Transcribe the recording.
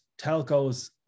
telcos